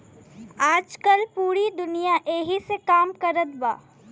आजकल पूरी दुनिया ऐही से काम कारत बा